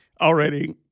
already